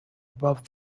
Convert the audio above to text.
above